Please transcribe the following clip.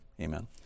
amen